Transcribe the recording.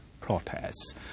protests